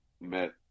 met